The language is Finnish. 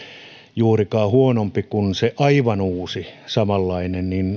juurikaan huonompi kuin se aivan uusi samanlainen